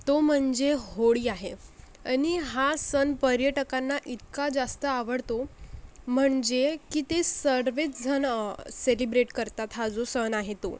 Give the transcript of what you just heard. तो म्हणजे होळी आहे आणि हा सण पर्यटकांना इतका जास्त आवडतो म्हणजे की ते सर्वजणच सेलिब्रेट करतात हा जो सण आहे तो